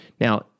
Now